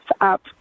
up